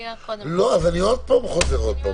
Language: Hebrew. --- לא מעניין אותי חוק המעצרים.